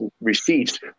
receipts